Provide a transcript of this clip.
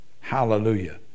hallelujah